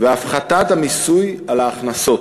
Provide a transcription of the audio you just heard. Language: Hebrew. והפחתת המיסוי על ההכנסות.